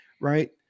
right